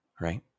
Right